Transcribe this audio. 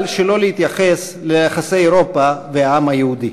שלא להתייחס ליחסי אירופה והעם היהודי.